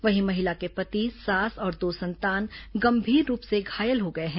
वहीं महिला के पति सास और दो संतान गंभीर रूप से घायल हो गए हैं